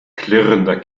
klirrender